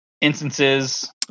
instances